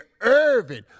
Irving